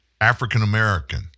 African-American